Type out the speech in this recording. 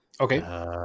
Okay